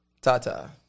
Tata